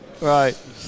Right